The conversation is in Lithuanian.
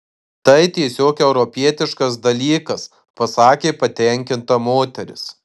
tai tiesiog europietiškas dalykas pasakė patenkinta moteris